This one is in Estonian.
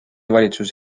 valitsus